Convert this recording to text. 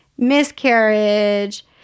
miscarriage